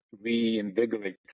reinvigorate